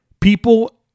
People